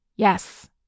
Yes